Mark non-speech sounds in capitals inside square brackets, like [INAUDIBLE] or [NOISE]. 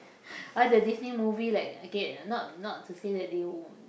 [BREATH] all the Disney movie like okay not not to say that they w~